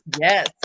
Yes